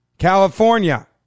California